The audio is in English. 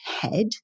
head